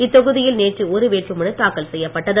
இத்தொகுதியில் நேற்று ஒரு வேட்புமனு தாக்கல் செய்யப்பட்டது